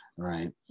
Right